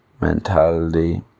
mentality